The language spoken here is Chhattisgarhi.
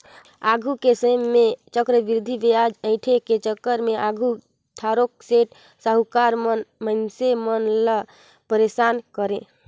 आघु के समे में चक्रबृद्धि बियाज अंइठे के चक्कर में आघु थारोक सेठ, साहुकार मन मइनसे मन ल पइरसान करें